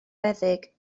feddyg